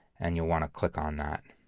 and you'll want to click on that.